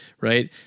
Right